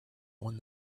when